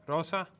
Rosa